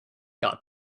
got